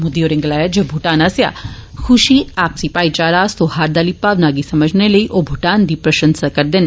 मोदी होरें गलाया जे भूटान आस्सेआ खुशी आपसी भाईचारा सोहार्द आली भावना गी समझने लेई ओ भूटान दी प्रशंसा करदे न